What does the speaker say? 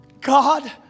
God